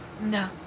No